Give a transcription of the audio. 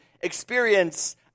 experience